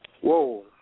Whoa